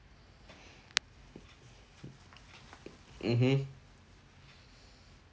mmhmm